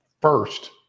first